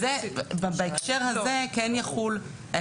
בהקשר הזה כן יחול ההסדר.